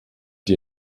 die